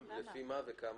כמה?